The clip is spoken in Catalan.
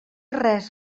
res